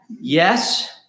Yes